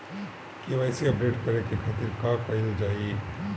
KYC update करे के खातिर का कइल जाइ?